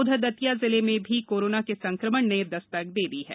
उधर दतिया जिले में भी कोरोना के संक्रमण ने दस्तक दे दी है